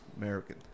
American